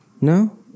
no